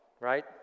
Right